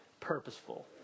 purposeful